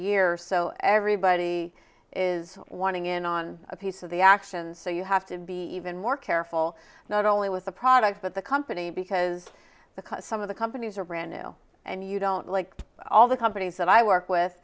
year so everybody is wanting in on a piece of the action so you have to be even more careful not only with the products but the company because because some of the companies are brand new and you don't like all the companies that i work with